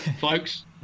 folks